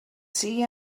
sigui